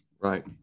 Right